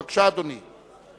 בבקשה, אדוני.